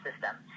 system